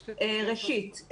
ראשית,